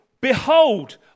Behold